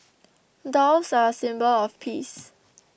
doves are a symbol of peace